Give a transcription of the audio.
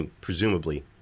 presumably